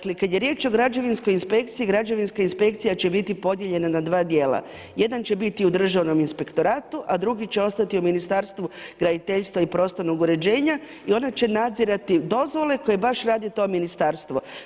Kada je riječ o građevinskoj inspekciji, građevinska inspekcija će biti podijeljena na 2 dijela, jedan će biti u državnom inspektoratu, a drugi će ostati u Ministarstvu graditeljstva i prostornog uređenja i ono će nadzirati dozvole koje baš radi to ministarstvo.